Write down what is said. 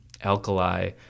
alkali